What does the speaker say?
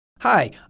Hi